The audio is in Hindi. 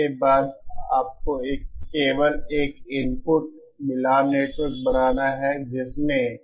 इसके बाद आपको केवल एक इनपुट मिलान नेटवर्क बनाना है जिसमें